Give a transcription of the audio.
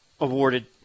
awarded